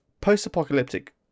post-apocalyptic